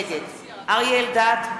נגד אריה אלדד,